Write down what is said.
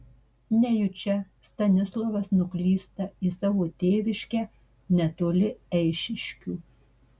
nejučia stanislovas nuklysta į savo tėviškę netoli eišiškių